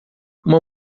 uma